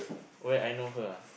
where I know her ah